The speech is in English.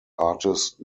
artist